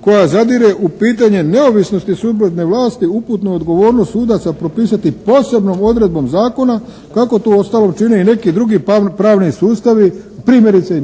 koja zadire u pitanje neovisnosti sudbene vlasti uputno je odgovornost sudaca propisati posebnom odredbom zakona kako to uostalom čine i neki drugi pravni sustavi primjerice i